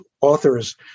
authors